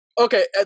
Okay